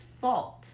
fault